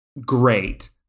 great